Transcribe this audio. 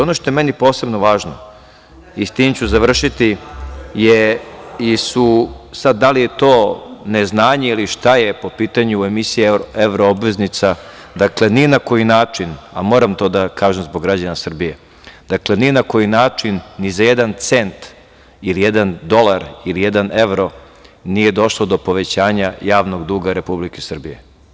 Ono što je meni posebno važno i sa tim ću završiti, da li je to neznanje ili šta, po pitanju emisije evroobveznica, ni na koji način, a to moram da kažem zbog građana Srbije, ni za jedan cent ili jedan dolar ili jedan evro nije došlo do povećanja javnog duga Republike Srbije.